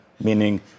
meaning